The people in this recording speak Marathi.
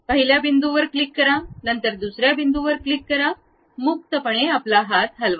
पहिल्या बिंदूवर क्लिक करा नंतर दुसर्या बिंदूवर क्लिक करा मुक्तपणे आपले हात हलवा